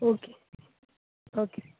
okay okay